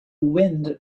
wind